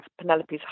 Penelope's